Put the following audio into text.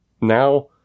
Now